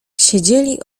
siedzieli